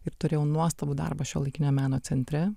ir turėjau nuostabų darbą šiuolaikinio meno centre